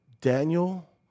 Daniel